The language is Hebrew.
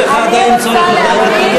יש לך עדיין צורך להתנגד,